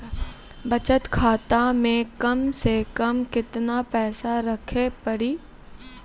बचत खाता मे कम से कम केतना पैसा रखे पड़ी?